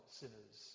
sinners